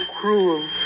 cruel